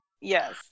Yes